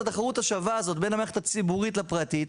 התחרות השווה הזאת בין המערכת הציבורית לפרטית,